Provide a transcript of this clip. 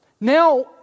Now